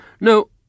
No